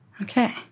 Okay